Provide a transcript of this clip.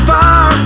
Far